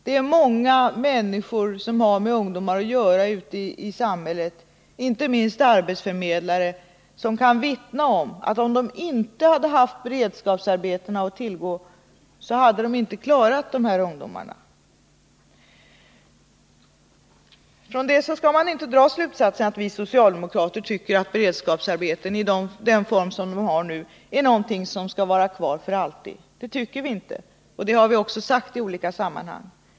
Det är många människor som har att göra med ungdomar ute i samhället — inte minst arbetsförmedlare — som kan vittna om att ifall de inte hade haft beredskapsarbetena att tillgå, så hade de inte klarat dessa ungdomar. Av det skall man inte dra slutsatsen att vi socialdemokrater tycker att beredskapsarbeten i den form de nu har är någonting som skall vara kvar för alltid. Det tycker vi inte, och det har vi också sagt i olika sammanhang.